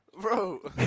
Bro